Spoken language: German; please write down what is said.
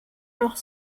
noch